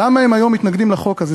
למה היום הם מתנגדים לחוק הזה?